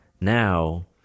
now